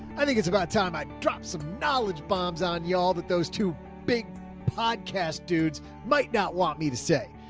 i think it's about time. i dropped some knowledge bombs on y'all that those two big podcast dudes might not want me to say,